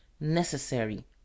necessary